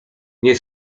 nie